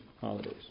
holidays